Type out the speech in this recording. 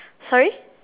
sorry